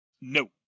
No